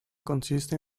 consiste